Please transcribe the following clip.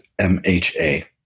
MHA